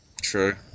True